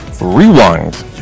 rewind